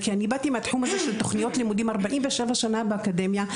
אני באתי מהתחום של תכניות לימודים 47 שנה באקדמיה,